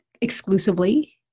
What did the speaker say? exclusively